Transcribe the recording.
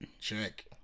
Check